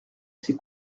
ses